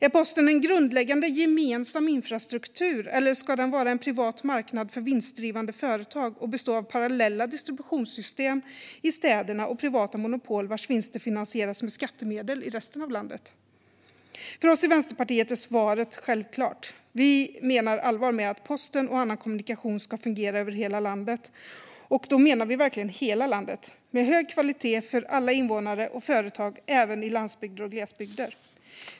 Är posten en grundläggande, gemensam infrastruktur, eller ska den vara en privat marknad för vinstdrivande företag och bestå av parallella distributionssystem i städerna och privata monopol vars vinster finansieras med skattemedel i resten av landet? För oss i Vänsterpartiet är svaret självklart. Vi menar allvar med att posten och annan kommunikation ska fungera över hela landet, och då menar vi verkligen hela landet - med hög kvalitet för alla invånare och företag även i landsbygder och glesbygder.